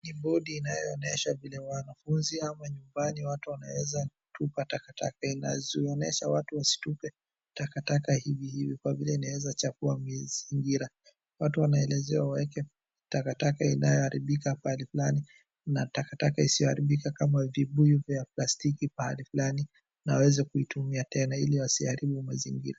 Ni bodi inayoonyesha vile wanafunzi ama nyumbani watu wanaweza tupa takataka. Inaonyesha watu wasitupe takataka hivi hivi kwa vile inawezachafua mazingira. Watu wanaelezewa waeke takataka inayoharibika pahali fulani, na takatka isiyoharibika kama vibuyu vya plastiki pahali fulani, na waweze kuitumia tena ili wasiharibu mazingira.